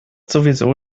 sowieso